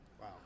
Wow